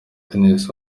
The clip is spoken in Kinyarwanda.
tennis